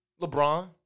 LeBron